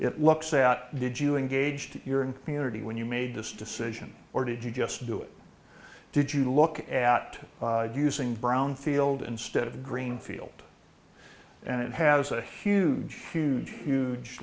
it looks at did you engaged your in community when you made this decision or did you just do it did you look at using brownfield instead of greenfield and it has a huge huge huge